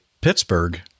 Pittsburgh